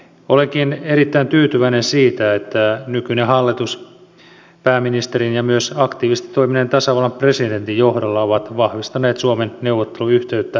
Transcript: olenkin erittäin tyytyväinen siitä että nykyinen hallitus on pääministerin ja myös aktiivisesti toimineen tasavallan presidentin johdolla vahvistanut suomen neuvotteluyhteyttä venäjään